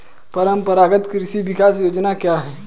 परंपरागत कृषि विकास योजना क्या है?